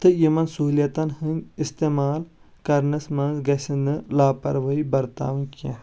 تہٕ یِمن سہولیتن ۂنٛدۍ اِستمال کرنس منٛز گژھہِ نہٕ لاپروأہی برتاوٕنۍ کیٚنٛہہ